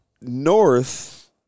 north